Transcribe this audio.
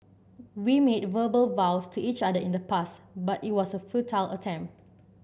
we made verbal vows to each other in the past but it was a futile attempt